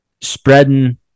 spreading